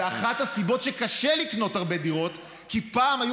ואחת הסיבות שקשה לקנות הרבה דירות היא כי פעם היו